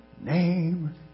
name